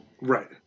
Right